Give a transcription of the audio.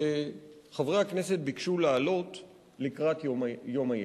שחברי הכנסת ביקשו להעלות לקראת יום הילד,